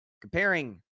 Comparing